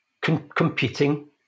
competing